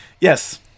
Yes